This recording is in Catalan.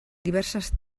diverses